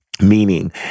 meaning